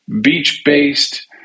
Beach-based